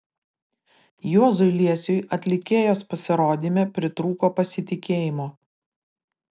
juozui liesiui atlikėjos pasirodyme pritrūko pasitikėjimo